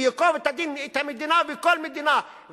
וייקוב הדין את המדינה וכל מדינה.